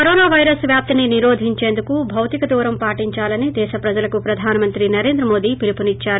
corona virus వ్యాప్తిని నిరోధించేందుకు భౌతిక దూరం పాటించాలని దేశ ప్రజలకు ప్రధాన మంత్రి నరేంద్ర మోదీ పిలుపునిచ్చారు